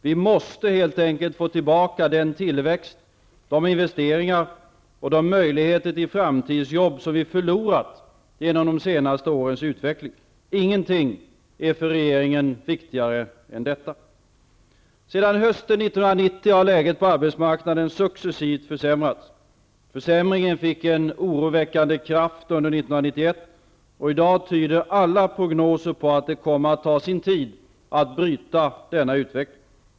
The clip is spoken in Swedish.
Vi måste helt enkelt få tillbaka den tillväxt, de investeringar och de möjligheter till framtidsjobb som vi förlorat genom de senaste årens utveckling. Ingenting är för regeringen viktigare än detta. Sedan hösten 1990 har läget på arbetsmarknaden successivt försämrats. Försämringen fick en oroväckande kraft under 1991, och i dag tyder alla prognoser på att det kommer att ta sin tid att bryta denna utveckling.